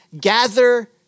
gather